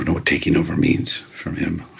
and what taking over means from him.